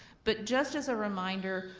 but just as a reminder,